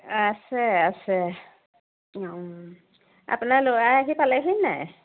আছে আছে আপোনাৰ ল'ৰা আহি পালেহি নাই